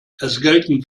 gelten